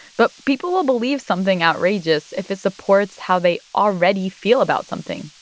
but people will believe something outrageous if it supports how they already feel about something.